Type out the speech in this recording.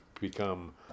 become